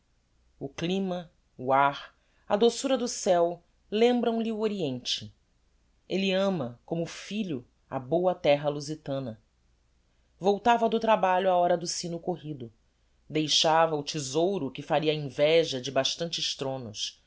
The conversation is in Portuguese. o clima o ár a doçura do céo lembram lhe o oriente elle ama como filho a boa terra luzitana voltava do trabalho á hora do sino corrido deixava o thesouro que faria a inveja de bastantes thronos